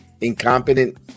incompetent